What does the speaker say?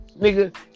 nigga